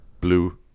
blue